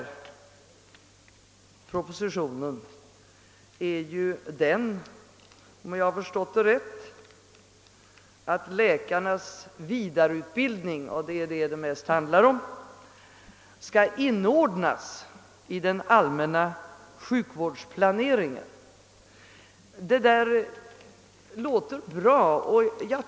Propositionens grundtanke är, att läkarnas vidareutbildning, och det är det som det mest handlar om, skall inordnas i den allmänna sjukvårdsplaneringen.